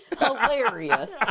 Hilarious